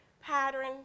pattern